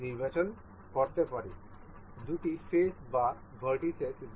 এটি ও ঘূর্ণায়মান হতে পারে তবে আমরা সর্বদা দেখতে পারি যে এই দুটির এজেস গুলি সর্বদা স্থির থাকে